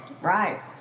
Right